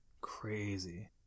Crazy